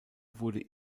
wurde